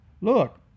Look